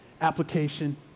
application